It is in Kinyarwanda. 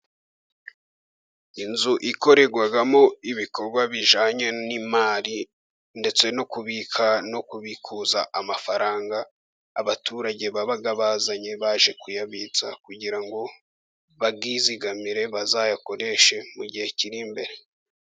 Inzu ikorerwamo ibikorwa bijyanye n'imari ndetse no kubika no kubikuza amafaranga, abaturage baba bazanye baje kuyabitsa kugira ngo bayizigamire bazayakoreshe mu gihe kiri imbere.